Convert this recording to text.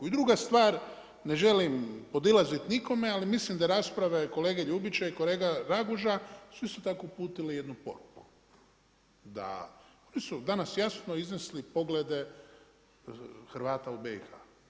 I druga stvar, ne želim podilazit nikome, ali mislim da rasprave kolege Ljubića i kolege Raguža su isto tako uputili jednu poruku da, oni su danas jasno iznesli poglede Hrvata u BiH.